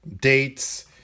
dates